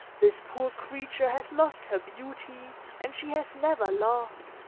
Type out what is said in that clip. this poor creature has lost her beauty and she has never loved.